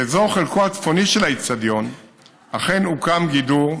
באזור חלקו הצפוני של האצטדיון אכן הוקמה גדר,